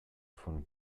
von